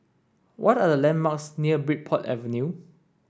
what are the landmarks near Bridport Avenue